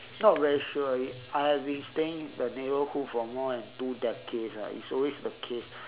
not very sure eh I have been staying the neighbourhood for more than two decades lah it is always the case